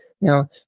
Now